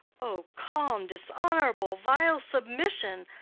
o calm, dishonourable, vile submission!